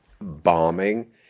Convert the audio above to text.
bombing